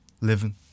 living